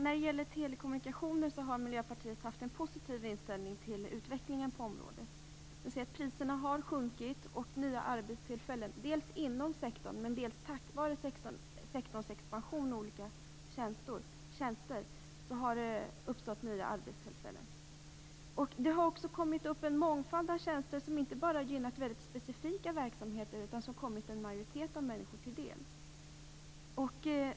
Fru talman! Miljöpartiet har haft en positiv inställning till utvecklingen på telekommunikationsområdet. Priserna har sjunkit och nya arbetstillfällen har uppstått, dels inom sektorn, dels tack vare sektorns expansion när det gäller nya tjänster. Det har också vuxit fram en mångfald av tjänster som inte bara gynnat väldigt specifika verksamheter utan som kommit en majoritet av människor till del.